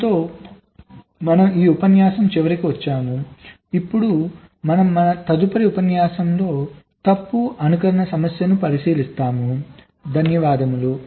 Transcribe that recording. దీనితో మనం ఈ ఉపన్యాసం చివరికి వచ్చాము ఇప్పుడు మన తదుపరి ఉపన్యాసంలో తప్పు అనుకరణ సమస్యను పరిశీలిస్తాము